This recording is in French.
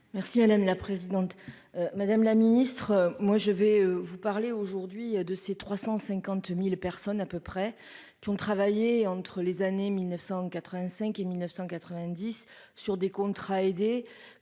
Merci madame la présidente, madame la Ministre, moi je vais vous parler aujourd'hui de ces 350000 personnes à peu près, qui ont travaillé entre les années 1985 et 1990 sur des contrats aidés,